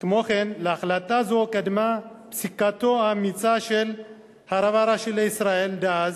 להחלטה זו קדמה פסיקתו האמיצה של הרב הראשי לישראל דאז,